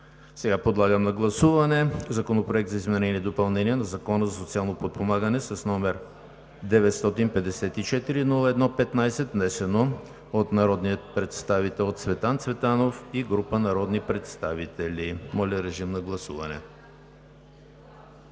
приема. Подлагам на гласуване Законопроект за изменение и допълнение на Закона за социално подпомагане, № 954-01-15, внесен от народния представител Цветан Цветанов и група народни представители. Гласували